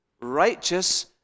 righteous